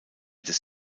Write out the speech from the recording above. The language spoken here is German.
des